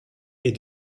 est